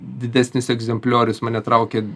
didesnis egzempliorius mane traukia